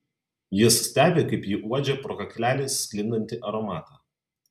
jis stebi kaip ji uodžia pro kaklelį sklindantį aromatą